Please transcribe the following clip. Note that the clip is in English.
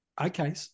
okay